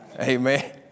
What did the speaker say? amen